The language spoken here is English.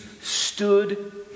stood